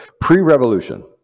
pre-revolution